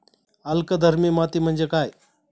अल्कधर्मी माती म्हणजे काय?